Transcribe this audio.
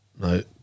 No